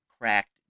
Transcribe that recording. cracked